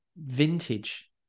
vintage